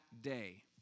day